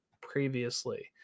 previously